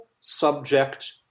subject